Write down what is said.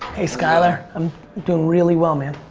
hey skyler. i'm doing really well, man.